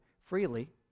freely